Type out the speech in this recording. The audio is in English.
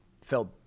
felt